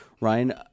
Ryan